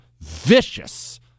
vicious